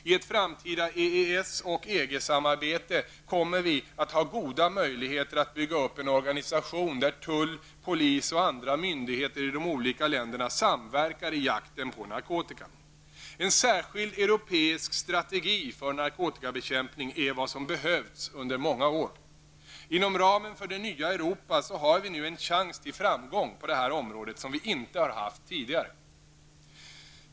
I ett framtida EES och EG-samarbete kommer vi att ha goda möjligheter att bygga upp en organisation där tull, polis och andra myndigheter i de olika länderna samverkar i jakten på narkotika. En särskild europeisk strategi för narkotikabekämpning är vad som behövts under många år. Inom ramen för det nya Europa har vi nu en chans att nå framgång på det här området som vi inte har haft tidigare.